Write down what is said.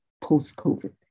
post-COVID